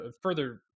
further